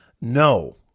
No